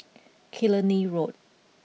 Killiney Road